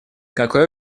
какой